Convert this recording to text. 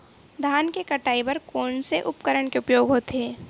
धान के कटाई बर कोन से उपकरण के उपयोग होथे?